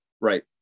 Right